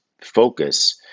focus